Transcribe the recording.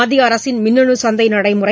மத்திய அரசின் மின்னணு சந்தை நடைமுறை